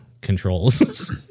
controls